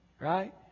Right